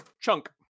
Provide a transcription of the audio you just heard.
chunk